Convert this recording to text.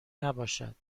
نباشد